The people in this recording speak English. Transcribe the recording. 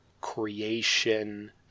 creation